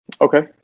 Okay